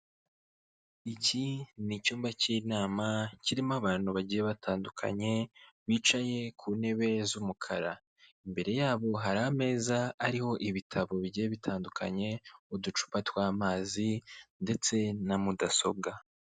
Iki ni icyumba cy'inama kirimo abantu bagiye batandukanye bicaye ku ntebe z'umukara. Imbere yabo hari ameza ariho ibitabo bigiye bitandukanye, uducupa tw'amazi ndetse na mudasobwa.